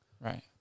Right